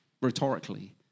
rhetorically